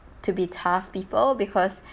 to be tough people because